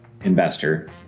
investor